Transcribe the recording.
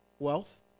Wealth